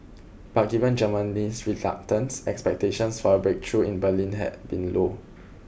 but given Germany's reluctance expectations for a breakthrough in Berlin had been low